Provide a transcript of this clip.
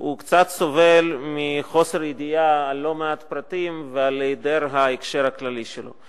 קצת סובל מחוסר ידיעה של לא מעט פרטים ומהיעדר ההקשר הכללי שלו.